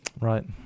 right